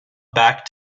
back